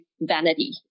vanity